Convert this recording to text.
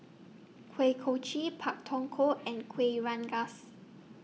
Kuih Kochi Pak Thong Ko and Kueh Rengas